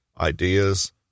ideas